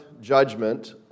judgment